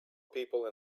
people